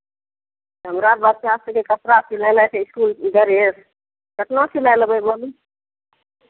हमरा बच्चा सभके कपड़ा सिलेनाइ छै इसकुलके डरेस कतना सिलाइ लेबै बोलू